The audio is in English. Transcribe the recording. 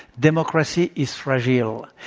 democracy is fragile.